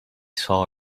saw